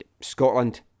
Scotland